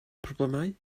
problemau